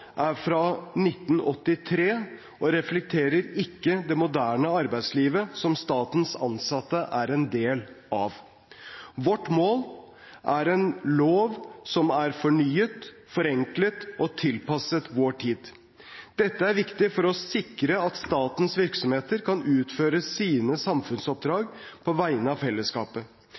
er fra 1983 og reflekterer ikke det moderne arbeidslivet som statens ansatte er en del av. Vårt mål har vært en lov som er fornyet, forenklet og tilpasset vår tid. Dette er viktig for å sikre at statens virksomheter kan utføre sine samfunnsoppdrag på vegne av fellesskapet.